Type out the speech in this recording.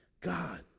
God